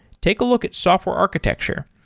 take a look at software architecture.